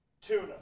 Tuna